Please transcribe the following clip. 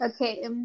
Okay